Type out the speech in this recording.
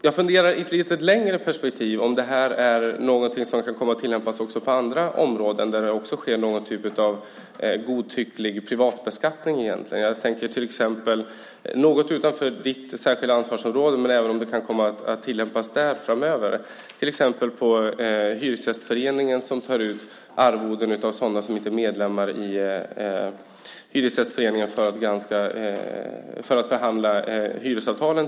Jag funderar i ett lite längre perspektiv på om det här är någonting som kan komma att tillämpas även på andra områden, där det också sker någon typ av godtycklig privatbeskattning. Jag tänker på saker som ligger lite utanför ditt särskilda ansvarsområde, men detta kan ju komma att tillämpas även där framöver. Hyresgästföreningen, exempelvis, tar ut arvoden av sådana som inte är medlemmar i föreningen för att förhandla om hyresavtalen.